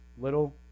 Little